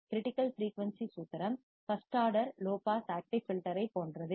critical frequency சூத்திரம் first order low pass active filter ஐப் போன்றது